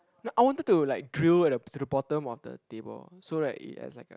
I wanted to like drill at to the bottom of the table so like it has like a